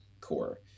core